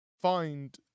find